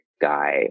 guy